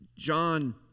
John